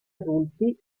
adulti